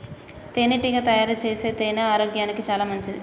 తేనెటీగ తయారుచేసే తేనె ఆరోగ్యానికి చాలా మంచిది